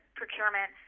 procurement